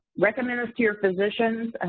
recommend it to your physicians. and